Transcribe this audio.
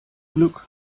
glück